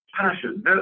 passion